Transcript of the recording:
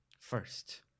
first